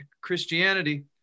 Christianity